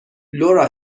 لورا